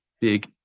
big